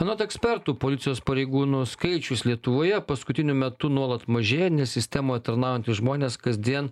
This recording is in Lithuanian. anot ekspertų policijos pareigūnų skaičius lietuvoje paskutiniu metu nuolat mažėja nes sistemoj tarnaujantys žmonės kasdien